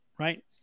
Right